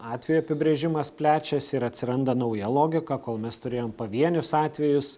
atvejo apibrėžimas plečiasi ir atsiranda nauja logika kol mes turėjom pavienius atvejus